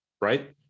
right